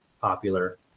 popular